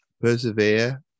persevere